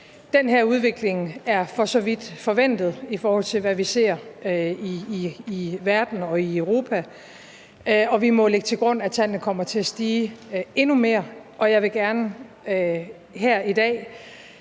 Den her udvikling er for så vidt forventet i forhold til det, vi ser i verden og i Europa, og vi må lægge til grund, at tallet kommer til at stige endnu mere. Jeg vil gerne her i dag,